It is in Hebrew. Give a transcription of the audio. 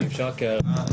אם אפשר הערה.